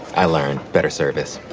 i learned better service.